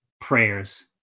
prayers